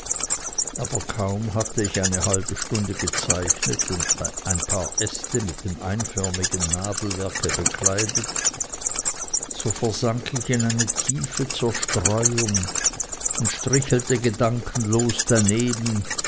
aber kaum hatte ich eine halbe stunde gezeichnet und ein paar aste mit dem einförmigen nadelwerke bekleidet so versank ich in eine tiefe zerstreuung und strichelte gedankenlos daneben